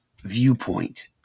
viewpoint